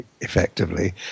Effectively